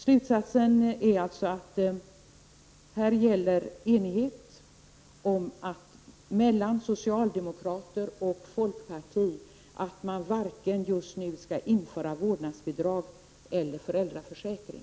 Slutsatsen är alltså att här gäller det enighet mellan socialdemokraterna och folkpartiet om att man just nu inte skall införa vare sig vårdnadsbidrag eller föräldraförsäkring.